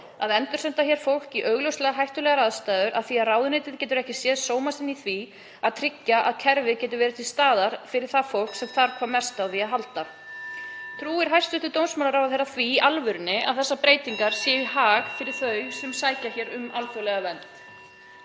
og endursenda fólk í augljóslega hættulegar aðstæður af því að ráðuneytið getur ekki séð sóma sinn í því að tryggja að kerfið geti verið til staðar fyrir það fólk sem þarf hvað mest á því að halda? (Forseti hringir.) Trúir hæstv. dómsmálaráðherra því í alvörunni að þessar breytingar séu þeim í hag sem sækja hér um alþjóðlega vernd?